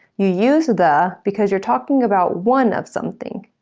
you use the because you're talking about one of something.